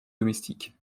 domestiques